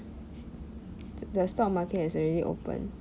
the stock market is already open